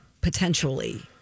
potentially